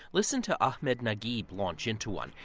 listen to ahmed naguib launch into one.